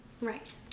right